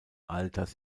alters